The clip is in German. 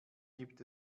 gibt